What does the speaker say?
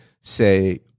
say